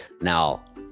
now